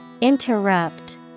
Interrupt